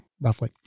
roughly